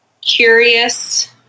curious